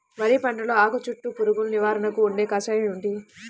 వరి పంటలో ఆకు చుట్టూ పురుగును నివారణకు వాడే కషాయం ఏమిటి?